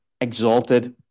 exalted